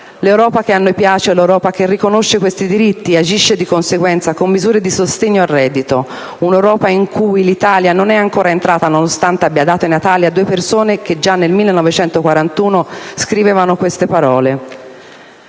L'Europa che a noi piace è l'Europa che riconosce questi diritti e agisce di conseguenza con misure di sostegno al reddito; un'Europa in cui l'Italia non è ancora entrata, nonostante abbia dato i natali a due persone che già nel 1941 scrivevano queste parole: